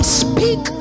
speak